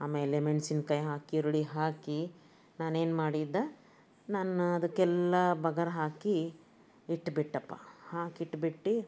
ಆಮೇಲೆ ಮೆಣಸಿನ್ಕಾಯಿ ಹಾಕಿ ಈರುಳ್ಳಿ ಹಾಕಿ ನಾನೇನು ಮಾಡಿದ್ದೆ ನಾನು ಅದಕ್ಕೆಲ್ಲ ಬಗರ ಹಾಕಿ ಇಟ್ಬಿಟ್ಟಪ್ಪಾ ಹಾಕಿಟ್ಬಿಟ್ಟು